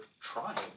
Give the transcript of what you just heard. trying